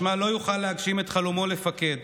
משמע הוא לא יוכל להגשים את חלומו לפקד,